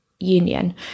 union